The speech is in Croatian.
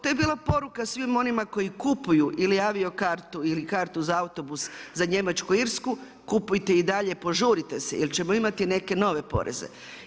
TO je bila poruka svim onima koji kupuju ili avio kartu ili kartu za autobus, za Njemačku, Irsku, kupujte i dalje, požurite se jer ćemo imati neke nove poreze.